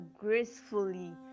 gracefully